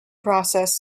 process